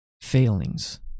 failings